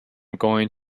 going